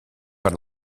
per